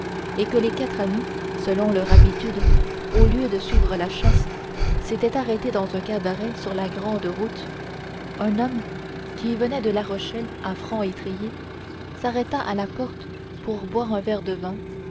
et que les quatre amis selon leur habitude au lieu de suivre la chasse s'étaient arrêtés dans un cabaret sur la grande route un homme qui venait de la rochelle à franc étrier s'arrêta à la porte pour boire un verre de vin